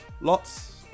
lots